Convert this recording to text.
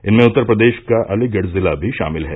इनमें उत्तर प्रदेश का अलीगढ़ जिला भी शामिल है